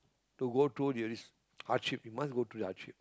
to go through there is hardship you must go through the hardship